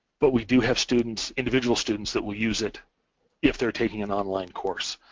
but we do have students, individual students that will use it if they're taking an online course.